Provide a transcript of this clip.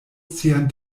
sian